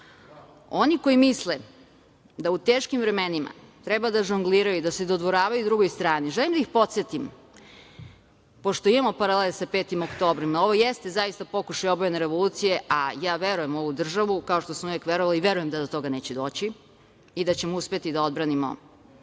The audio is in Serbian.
koji misle da u teškim vremenima treba da žongliraju i da se dodvoravaju drugoj strani želim da ih podsetim, pošto imamo paralele sa 5. oktobrom, ovo jeste zaista pokušaj obojene revolucije, a ja verujem u ovu državu, kao što sam uvek verovala, i verujem da do toga neće doći i da ćemo uspeti da odbranimo